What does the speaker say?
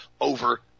over